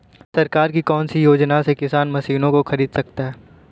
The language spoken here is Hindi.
सरकार की कौन सी योजना से किसान मशीनों को खरीद सकता है?